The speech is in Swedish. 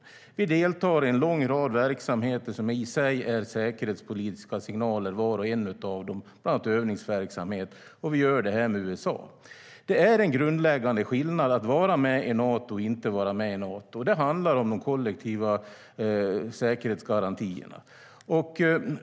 Sverige deltar i en lång rad verksamheter som i sig är säkerhetspolitiska signaler, bland annat övningsverksamhet. Sverige gör det med USA. Det är en grundläggande skillnad att vara med i Nato och att inte vara med i Nato. Det handlar om de kollektiva säkerhetsgarantierna.